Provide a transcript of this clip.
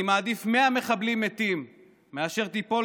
אני מעדיף מאה מחבלים מתים מאשר שתיפול